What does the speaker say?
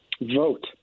Vote